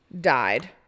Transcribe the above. died